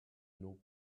nos